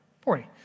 Forty